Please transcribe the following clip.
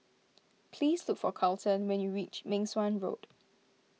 please look for Carleton when you reach Meng Suan Road